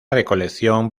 recolección